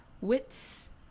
wits